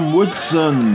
Woodson